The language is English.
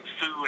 food